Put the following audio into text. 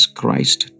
Christ